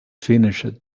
finished